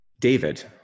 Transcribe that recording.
David